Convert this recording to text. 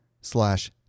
slash